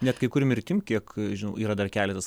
net kai kur mirtim kiek žinau yra dar keletas